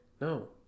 No